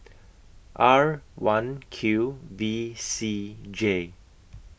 R one Q V C J